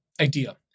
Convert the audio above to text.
idea